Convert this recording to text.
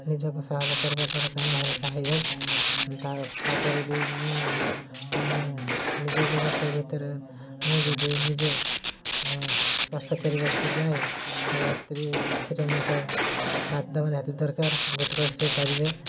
ନିଜକୁ ସାହାଯ୍ୟ କରିବା ଦ୍ୱାରା କାମ ହାଲୁକା ହେଇଯାଏ ତାପରେ ବି ନିଜ ବ୍ୟବସାୟ ଭିତରେ ମୁଁ ଯଦି ନିଜେ ଚାଷ କରିବାକୁ ଯାଏ ତେବେ ସ୍ତ୍ରୀ ସେଥିରେ ମୋତେ ସାଥ୍ ଦେବା ନିହାତି ଦରକାର ଯେତିକ ସେ ପାରିବେ